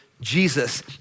Jesus